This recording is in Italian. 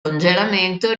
congelamento